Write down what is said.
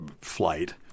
flight